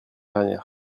dernière